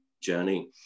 journey